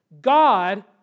God